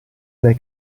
dai